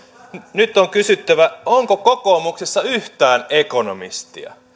nyt on kysyttävä onko kokoomuksessa yhtään ekonomistia